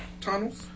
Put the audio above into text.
Tunnels